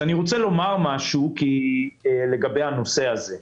אני רוצה לומר משהו לגבי הנושא הזה.